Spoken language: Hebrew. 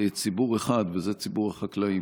ציבור אחד, וזה ציבור החקלאים.